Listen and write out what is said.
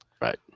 right